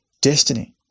destiny